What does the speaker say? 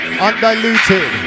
undiluted